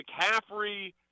McCaffrey